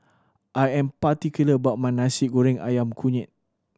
I am particular about my Nasi Goreng Ayam Kunyit